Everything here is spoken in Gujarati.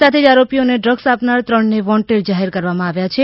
સાથે જ આરોપીઓને ડ્રગ્સ આપનાર ત્રણને વોન્ટેડ જાહેર કરવામાં આવ્યાં છે